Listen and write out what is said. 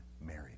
married